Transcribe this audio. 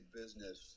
business